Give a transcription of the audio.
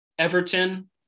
Everton